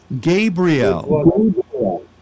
Gabriel